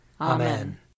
Amen